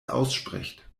ausspricht